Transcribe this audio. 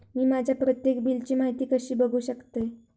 मी माझ्या प्रत्येक बिलची माहिती कशी बघू शकतय?